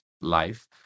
life